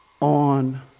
on